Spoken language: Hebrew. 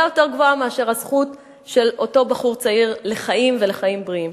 יותר גבוהה מאשר הזכות של אותו בחור צעיר לחיים ולחיים בריאים.